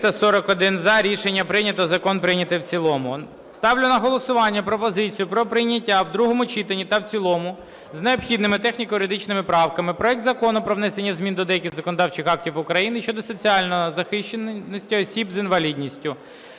За-341 Рішення прийнято. Закон прийнято в цілому. Ставлю на голосування пропозицію про прийняття в другому читанні та в цілому з необхідними техніко-юридичними правками проект Закону про внесення змін до деяких законодавчих актів України щодо соціальної захищеності осіб з інвалідністю